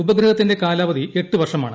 ഉപഗ്രഹ്ത്തിന്റെ കാലാവധി എട്ട് വർഷമാണ്